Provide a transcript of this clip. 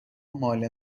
مال